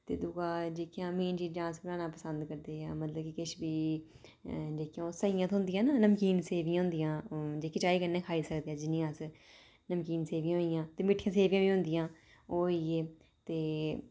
ते दूआ जेह्कियां मेन चीजां अस बनाना पसंद करदे आं मतलब किश बी जियां कि सेइयां थ्होंदियां न नमकीन सेवियां होंदियां जेह्की चाई कन्नै खाई सकदे जियां अस नमकीन सेवियां होई गेइयां ते मिट्ठी सेवियां बी होंदियां ओह् होई गे ते